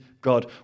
God